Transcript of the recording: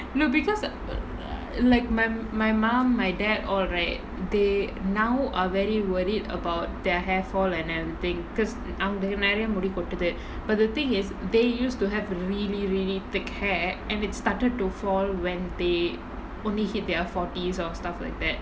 no because like my my mum my dad all right they now are very worried about their hair fall and everything because அவங்களுக்கு நெறய முடி கொட்டுது:avangaluku neraya mudi kottuthu but the thing is they used to have a really really thick hair and it started to fall when they only hit their forties or stuff like that